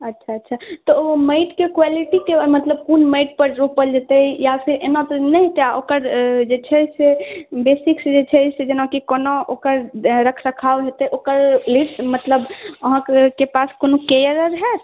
अच्छा अच्छा तऽ ओ माटिके क्वालिटी मतलब कोन माटि पर रोपल जेतै या फेर ओकर जे छै से बेसिक्स जे छै जेनाकि कोना ओकर रख रखाव हेतै ओकर मतलब अहाँके पास कोनो केयरर होयत